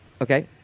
Okay